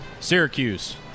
Syracuse